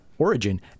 origin